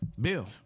Bill